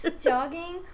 Jogging